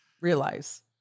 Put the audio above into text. realize